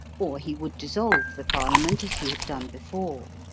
or he would dissolve the parliament as he had done before.